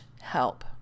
help